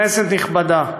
כנסת נכבדה,